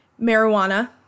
Marijuana